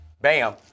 Bam